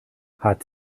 hat